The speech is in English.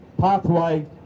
pathway